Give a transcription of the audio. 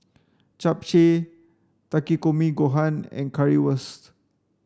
Japchae Takikomi Gohan and Currywurst